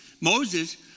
Moses